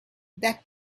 that